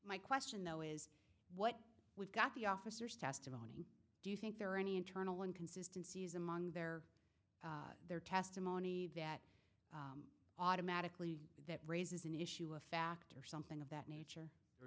my question though is what we've got the officers testimony do you think there are any internal inconsistency is among their their testimony that automatically that raises an issue of fact or something of that nature a